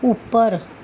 ਉੱਪਰ